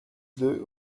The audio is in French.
deux